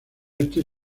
este